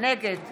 נגד